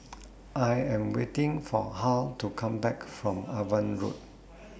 I Am waiting For Hal to Come Back from Avon Road